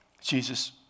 Jesus